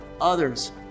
others